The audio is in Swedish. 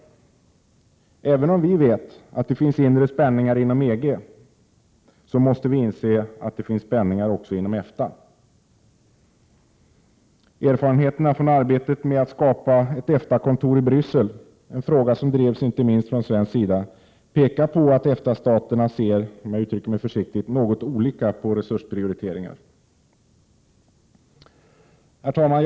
Även om vi vet att det finns inre spänningar inom EG, måste vi inse att det finns spänningar också inom EFTA. Erfarenheterna från arbetet med att skapa ett EFTA-kontor i Bryssel, en fråga som drevs inte minst från svensk sida, pekar på att EFTA-staterna ser, om jag uttrycker mig försiktigt, något olika på resursprioriteringar. Herr talman!